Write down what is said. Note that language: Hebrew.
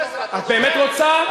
12. את באמת רוצה לשמוע?